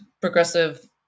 progressive